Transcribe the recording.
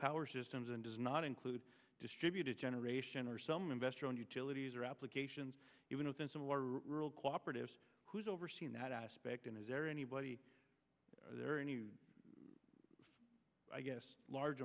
power systems and does not include distributed generation or some investor owned utilities or applications even within similar rural cooperatives who's overseeing that aspect is there anybody there are any i guess large